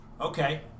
okay